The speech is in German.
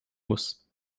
muss